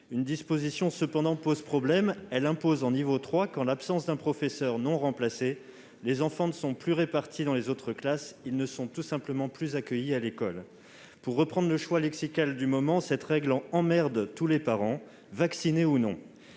Une disposition, cependant, pose problème : elle impose, en niveau 3, qu'en l'absence d'un professeur non remplacé les enfants ne sont plus répartis dans les autres classes ; ils ne sont tout simplement plus accueillis à l'école. Pour reprendre le choix lexical du moment, cette règle « emmerde » tous les parents, vaccinés ou non.